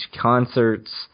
concerts